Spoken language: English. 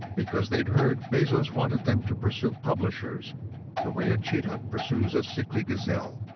because they'd heard bezos wanted them to pursue publishers the way a cheetah pursues a sickly gazelle.